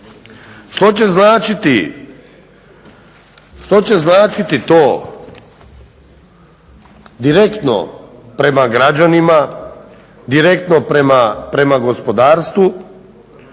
Što će značiti to direktno prema građanima, direktno prema gospodarstvu